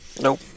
Nope